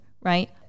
right